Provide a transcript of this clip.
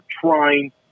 trying